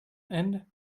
end